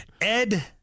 Ed